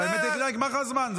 האמת, נגמר לך הזמן.